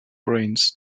brains